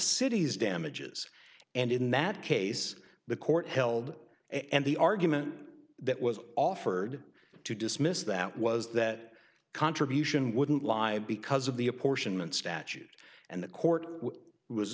city's damages and in that case the court held and the argument that was offered to dismiss that was that contribution wouldn't live because of the apportionment statute and the court was